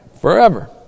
Forever